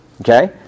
Okay